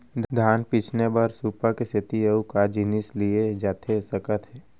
धान पछिने बर सुपा के सेती अऊ का जिनिस लिए जाथे सकत हे?